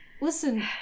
Listen